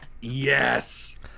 Yes